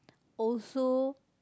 also